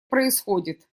происходит